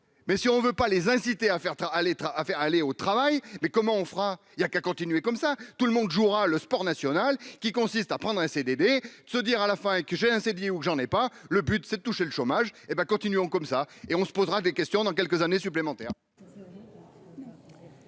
mais si on ne veut pas les inciter à faire à l'État à faire aller au travail, mais comment on fera il y a qu'à continuer comme ça, tout le monde jouera le sport national qui consiste à prendre un CDD se dire à la fin et que j'ai un cellier ou j'en ai pas le but, c'est de toucher le chômage, hé ben continuons comme ça et on se posera des questions dans quelques années supplémentaires.